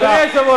אדוני היושב-ראש,